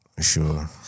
Sure